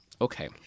Okay